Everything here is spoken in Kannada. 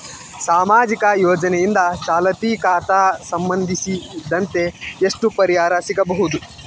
ಸಾಮಾಜಿಕ ಯೋಜನೆಯಿಂದ ಚಾಲತಿ ಖಾತಾ ಸಂಬಂಧಿಸಿದಂತೆ ಎಷ್ಟು ಪರಿಹಾರ ಸಿಗಬಹುದು?